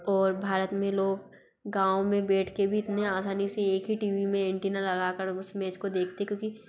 और भारत में लोग गाँव में बैठ के भी इतने आसानी से एक ही टी वी में एन्टीना लगा कर उस मेच को देकते क्योंकि